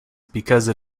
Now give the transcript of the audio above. because